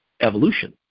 evolution